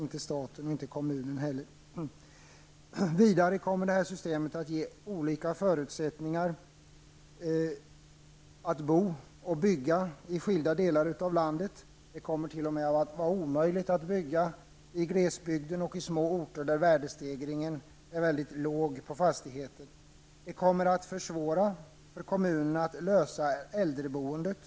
Det här systemet kommer också att ge olika förutsättningar för att bo och bygga i skilda delar av landet. Det kommer t.o.m. att bli omöjligt att bygga i glesbygd och på små orter där värdestegringen på fastigheter är mycket låg. Systemet kommer att försvåra för kommunerna att lösa äldreboendet.